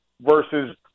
versus